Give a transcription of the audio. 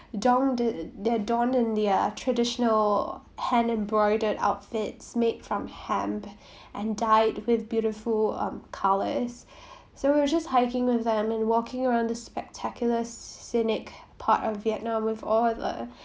donned i~ they're donned in their traditional hand embroidered outfits made from hemp and dyed with beautiful colours so we were just hiking with them and walking around the spectacular scenic part of vietnam with all the